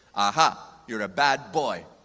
aha! you're a bad boy.